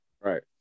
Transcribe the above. Right